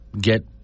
get